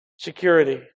Security